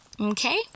okay